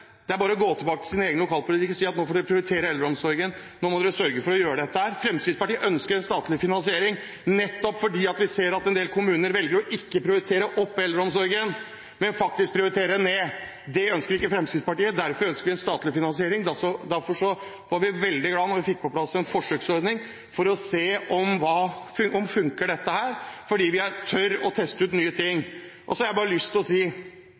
Det er bare å gå tilbake til sine egne lokalpolitikere og si at nå må dere prioritere eldreomsorgen, nå må dere sørge for å gjøre dette. Fremskrittspartiet ønsker en statlig finansiering nettopp fordi vi ser at en del kommuner velger ikke å prioritere opp eldreomsorgen, men faktisk prioriterer den ned. Det ønsker ikke Fremskrittspartiet. Derfor ønsker vi en statlig finansiering, derfor var vi veldig glad da vi fikk på plass en forsøksordning for å se om dette funker, fordi vi tør å teste ut nye ting. Så har jeg bare lyst til å si,